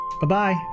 bye-bye